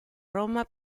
roma